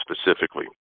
specifically